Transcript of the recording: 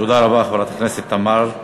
תודה רבה, חברת הכנסת תמר.